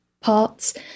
parts